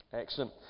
Excellent